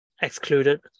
excluded